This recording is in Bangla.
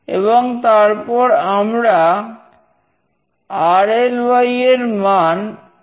এবং তারপর আমরা আমরা "rly" এর মান এক